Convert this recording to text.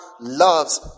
loves